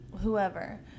whoever